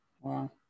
Wow